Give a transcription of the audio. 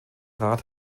rat